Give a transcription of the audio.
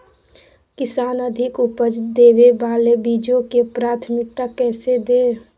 किसान अधिक उपज देवे वाले बीजों के प्राथमिकता कैसे दे?